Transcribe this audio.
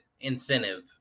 incentive